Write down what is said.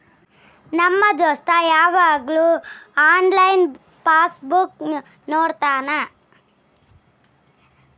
ನಮ್ ದೋಸ್ತ ಯವಾಗ್ನು ಆನ್ಲೈನ್ನಾಗೆ ಪಾಸ್ ಬುಕ್ ನೋಡ್ತಾನ